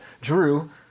Drew